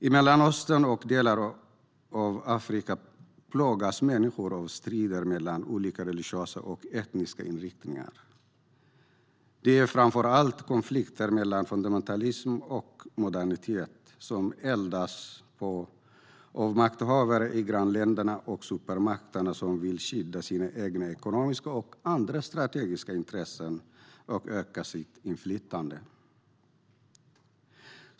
I Mellanöstern och delar av Afrika plågas människor av strider mellan olika religiösa och etniska inriktningar. Det är framför allt konflikter mellan fundamentalism och modernitet som eldas på av makthavare i grannländerna och supermakterna som vill skydda sina egna ekonomiska och andra strategiska intressen och öka sitt inflytande.